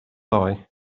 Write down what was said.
ddoe